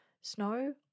snow